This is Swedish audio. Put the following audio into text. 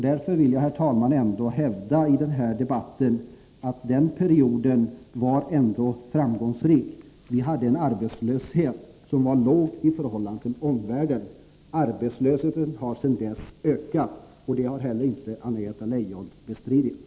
Därför, herr talman, vill jag i den här debatten hävda att den perioden var framgångsrik. Vi hade en arbetslöshet som var låg i förhållande till omvärlden. Arbetslösheten har sedan dess ökat, och det har Anna-Greta Leijon inte heller bestridit.